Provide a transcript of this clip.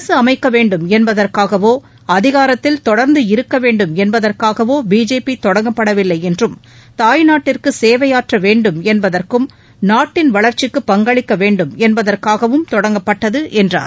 அரசு அமைக்க வேண்டும் என்பதற்காகவோ அதிகாரத்தில் தொடர்ந்து இருக்க வேண்டும் என்பதற்காகவோ பிஜேபி தொடங்கப்படவில்லை என்றும் தாய்நாட்டிற்கு சேவையாற்ற வேண்டும் என்பதற்கும் நாட்டின் வளர்ச்சிக்கு பங்களிக்க வேண்டும் என்பதற்காகவும் தொடங்கப்பட்டது என்றார்